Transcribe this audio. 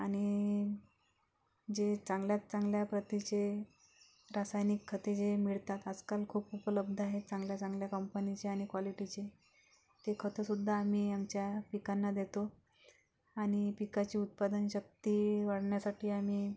आणि जे चांगल्यात चांगल्या प्रतीचे रासायनिक खते जे मिळतात आजकाल खूप उपलब्ध आहे चांगल्याचांगल्या कंपनीचे आणि क्वालिटीचे ते खतंसुद्धा आम्ही आमच्या पिकांना देतो आणि पिकाची उत्पादनशक्ती वाढवण्यासाठी आम्ही